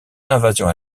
l’invasion